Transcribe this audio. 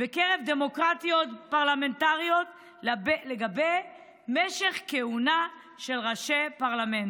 בקרב דמוקרטיות פרלמנטריות לגבי משך כהונה של ראשי פרלמנטים.